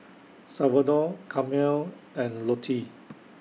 Salvador Carmel and Lottie